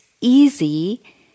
easy